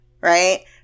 right